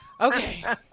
Okay